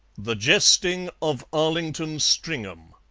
the jesting of arlington stringham